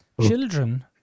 Children